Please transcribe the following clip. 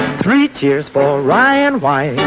three cheers for ryan r-wi.